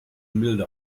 milde